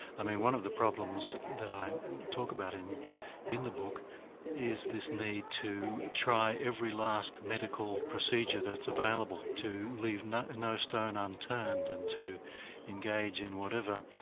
i mean one of the problems that i talk about in in the book is this need to try every last medical procedure that's available, to leave no stone unturned, and to engage in whatever,